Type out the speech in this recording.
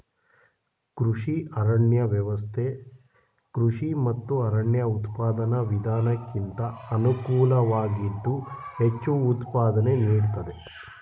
ಕೃಷಿ ಅರಣ್ಯ ವ್ಯವಸ್ಥೆ ಕೃಷಿ ಮತ್ತು ಅರಣ್ಯ ಉತ್ಪಾದನಾ ವಿಧಾನಕ್ಕಿಂತ ಅನುಕೂಲವಾಗಿದ್ದು ಹೆಚ್ಚು ಉತ್ಪಾದನೆ ನೀಡ್ತದೆ